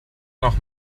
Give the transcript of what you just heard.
noch